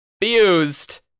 fused